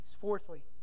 Fourthly